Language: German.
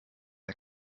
der